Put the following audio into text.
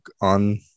on